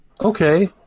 Okay